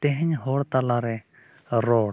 ᱛᱮᱦᱮᱧ ᱦᱚᱲ ᱛᱟᱞᱟ ᱨᱮ ᱨᱚᱲ